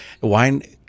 Wine